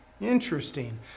Interesting